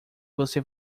você